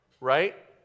Right